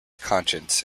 conscience